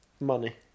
Money